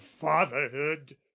fatherhood